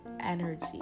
energy